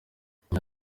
yagize